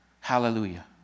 Hallelujah